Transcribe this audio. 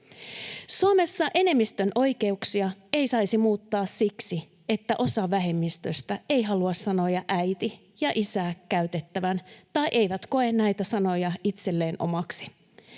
Suomessa enemmistön oikeuksia ei saisi muuttaa siksi, että osa vähemmistöstä ei halua sanoja ”äiti” ja ”isä” käytettävän tai ei koe näitä sanoja itselleen omaksi.